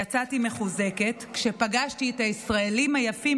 יצאתי מחוזקת כשפגשתי את הישראלים היפים